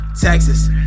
Texas